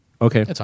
Okay